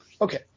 Okay